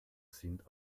sind